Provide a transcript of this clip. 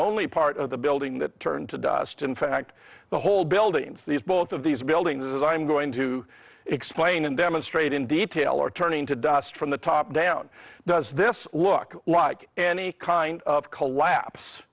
only part of the building that turned to dust in fact the whole building's these both of these buildings as i'm going to explain and demonstrate in detail are turning to dust from the top down does this look like any kind of collapse